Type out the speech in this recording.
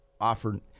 offered